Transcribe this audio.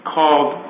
called